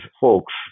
folks